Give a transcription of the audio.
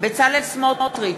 בצלאל סמוטריץ,